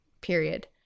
period